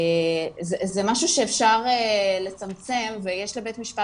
זה משהו שאפשר לצמצם ויש לבית משפט